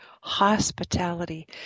hospitality